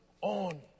on